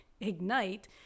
ignite